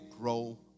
grow